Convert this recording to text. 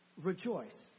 Rejoice